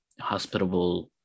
hospitable